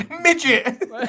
Midget